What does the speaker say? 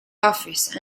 office